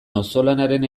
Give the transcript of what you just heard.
auzolanaren